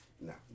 No